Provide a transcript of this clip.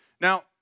Now